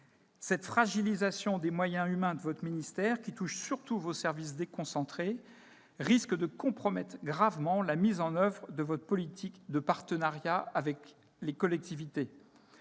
Cette fragilisation des moyens humains de votre ministère, qui touche surtout vos services déconcentrés, risque de compromettre gravement la mise en oeuvre de votre politique de partenariat avec les collectivités.